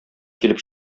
килеп